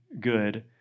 good